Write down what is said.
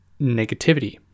negativity